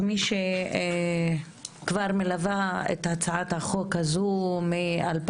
כמי שכבר מלווה את הצעת החוק הזה מ-2015